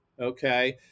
okay